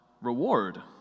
reward